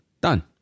Done